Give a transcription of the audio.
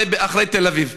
אחרי תל אביב.